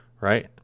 right